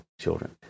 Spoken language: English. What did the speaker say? children